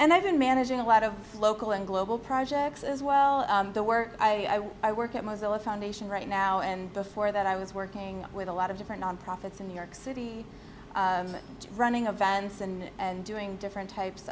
and i've been managing a lot of local and global projects as well the work i i work at mozilla foundation right now and before that i was working with a lot of different nonprofits in new york city running offense and doing different types